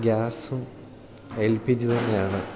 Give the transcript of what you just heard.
ഗ്യാസും L P G തന്നെയാണ്